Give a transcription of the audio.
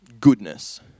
goodness